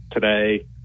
today